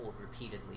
repeatedly